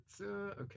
Okay